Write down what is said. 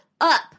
up